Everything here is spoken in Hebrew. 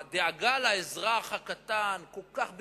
הדאגה לאזרח הקטן כל כך בגרונם,